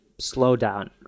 slowdown